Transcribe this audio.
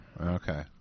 Okay